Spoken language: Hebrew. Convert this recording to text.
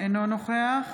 אינו נוכח